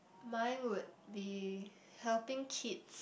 mine would be helping kids